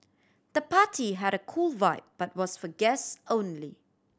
the party had a cool vibe but was for guest only